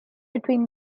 between